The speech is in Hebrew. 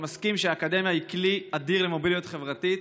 אני מסכים שהאקדמיה היא כלי אדיר למוביליות חברתית,